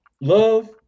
love